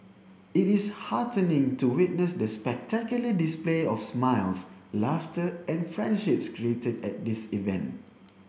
it is heartening to witness the spectacular display of smiles laughter and friendships created at this event